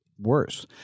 worse